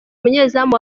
umunyezamu